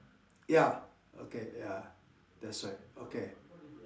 ya okay ya that's right okay